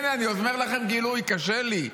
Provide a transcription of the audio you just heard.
הינה, אני אומר לכם גילוי: קשה לי.